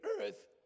earth